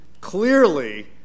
clearly